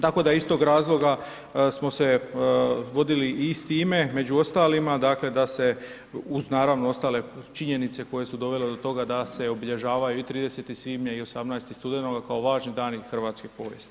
Tako da iz tog razloga smo se vodili i s time, među ostalima, dakle da se uz naravno ostale činjenice koje su dovele do toga da se obilježavaju i 30. svibnja i 18. studenoga kao važni dani hrvatske povijesti.